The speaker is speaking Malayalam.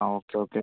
ആ ഓക്കെ ഓക്കെ